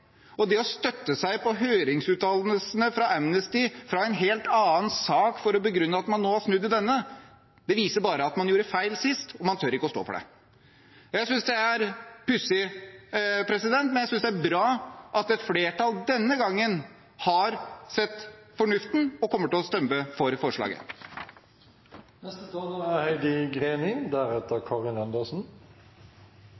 Det å støtte seg på høringsuttalelsene fra Amnesty fra en helt annen sak for å begrunne at man nå har snudd i denne, viser bare at man gjorde feil sist, og at man ikke tør å stå for det. Jeg synes det er pussig, men jeg synes det er bra at et flertall denne gangen har sett fornuften og kommer til å stemme for